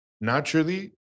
naturally